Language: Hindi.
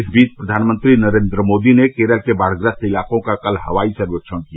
इस बीच प्रधानमंत्री नरेन्द्र मोदी ने केरल के बादग्रस्त इलाकों का कल हवाई सर्वेक्षण किया